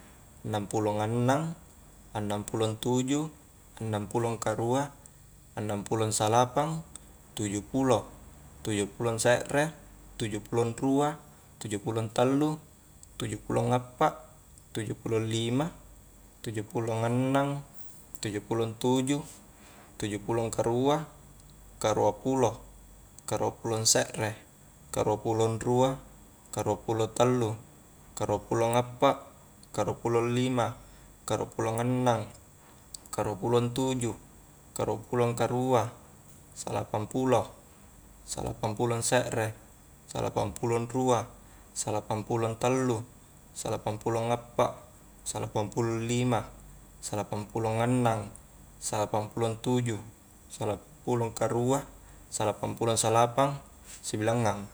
Annang pulong annang, annang pulong tuju annang pulong karua annang pulong salapang tuju pulo tuju pulong se're, tuju pulong rua, tuju pulong tallu, tuju pulong appa tuju pulong lima tuju pulong annang tuju pulong tuju tuju pulong karua, karua pulo, karua pulong se're, karua pulong rua, karua pulo tallu, karua pulong appa, karua pulo lima, karua pulong annang, karua pulong tuju, karua pulong karua, salapang pulo, salapang pulong se're, salapang pulong rua salapang pulong tallu, salapang pulong appa, salapang pulong lima, salapang pulong annang, salapang pulong tuju, salapang pulong karua, salapang pulong salapang, sibilangngang